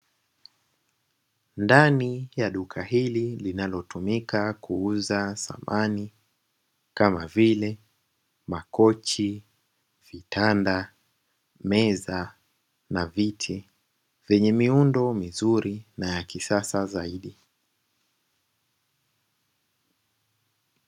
Ndani ya duka hili linalotumika kuuza samani, kama vile: makochi, vitanda, meza na viti; vyenye miundo mizuri na ya kisasa zaidi